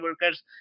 workers